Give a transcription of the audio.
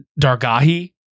Dargahi